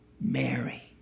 Mary